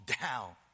down